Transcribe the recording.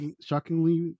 shockingly